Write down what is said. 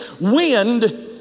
wind